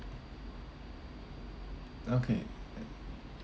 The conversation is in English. okay